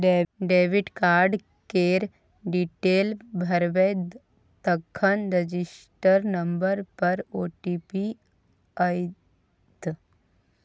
debit card केर detail भरबै तखन रजिस्टर नंबर पर ओ.टी.पी आएत